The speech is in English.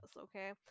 okay